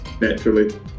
Naturally